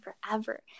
forever